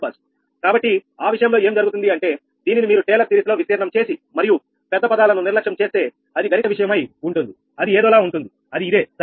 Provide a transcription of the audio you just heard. కాబట్టి ఆ విషయంలో ఏం జరుగుతుంది అంటే దీనిని మీరు టేలర్ సిరీస్ లో విస్తీర్ణం చేసి మరియు పెద్ద పదాలను నిర్లక్ష్యం చేస్తే అది గణిత విషయమై ఉంటుంది అది ఏదోలా ఉంటుంది అది ఇదే సరేనా